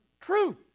Truth